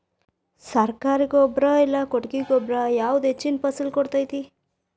ಸರ್ಕಾರಿ ಗೊಬ್ಬರ ಇಲ್ಲಾ ಕೊಟ್ಟಿಗೆ ಗೊಬ್ಬರ ಯಾವುದು ಹೆಚ್ಚಿನ ಫಸಲ್ ಕೊಡತೈತಿ?